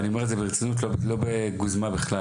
ואני אומר את זה ברצינות, לא בגוזמה בכלל.